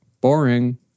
boring